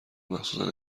مخصوصن